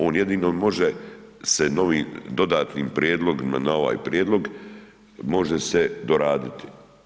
On jedino može se novi dodatnim prijedlogom, na ovaj prijedlog, može se doraditi.